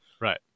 Right